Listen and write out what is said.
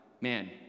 man